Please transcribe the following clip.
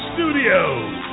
Studios